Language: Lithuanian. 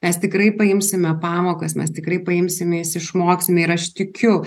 mes tikrai paimsime pamokas mes tikrai paimsime jas išmoksime ir aš tikiu